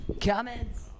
Comments